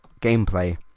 gameplay